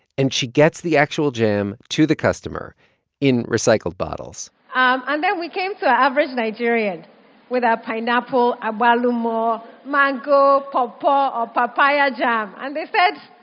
and she gets the actual jam to the customer in recycled bottles and then we came to the ah average nigerian with our pineapple, agbalumo, mango, pawpaw or papaya jam. and they said,